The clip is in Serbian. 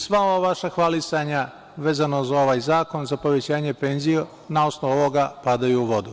Sva ova vaša hvalisanja vezana za ovaj zakon za povećanje penzija na osnovu ovoga padaju u vodu.